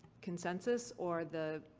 consensus or the,